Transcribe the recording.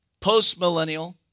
postmillennial